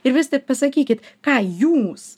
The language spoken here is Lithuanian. ir vis tik pasakykit ką jūs